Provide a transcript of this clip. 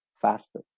faster